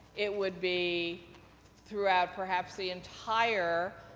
it would be throughout perhaps the entire